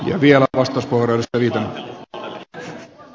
ja vielä vastauspuheenvuoro edustaja viitanen